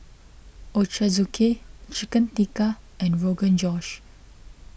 Ochazuke Chicken Tikka and Rogan Josh